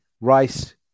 Rice